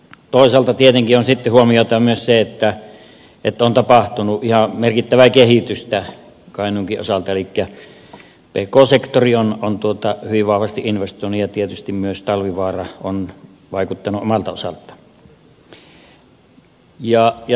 toisaalta tietenkin on huomioitava myös se että on tapahtunut ihan merkittävää kehitystä kainuunkin osalta elikkä pk sektori on hyvin vahvasti investoinut ja tietysti myös talvivaara on vaikuttanut omalta osaltaan